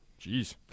Jeez